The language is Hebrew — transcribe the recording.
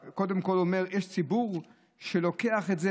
קודם כול הוא אומר: יש ציבור שלוקח את זה,